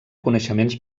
coneixements